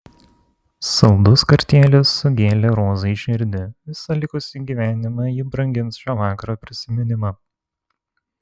saldus kartėlis sugėlė rozai širdį visą likusį gyvenimą ji brangins šio vakaro prisiminimą